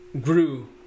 grew